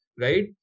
right